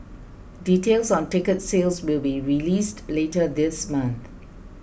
details on ticket sales will be released later this month